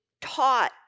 taught